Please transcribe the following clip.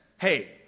hey